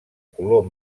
color